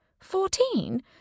Fourteen